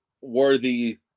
worthy